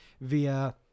via